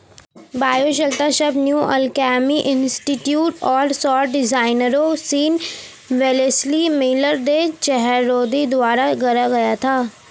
bioshelter शब्द New Alchemy Institute और सौर डिजाइनरों Sean Wellesley Miller, Day Chahroudi द्वारा गढ़ा गया था